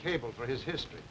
cable for his history